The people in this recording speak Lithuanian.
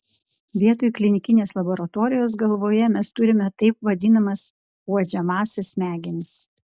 vietoj klinikinės laboratorijos galvoje mes turime taip vadinamas uodžiamąsias smegenis